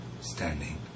standing